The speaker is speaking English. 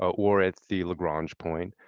or at the la grang point.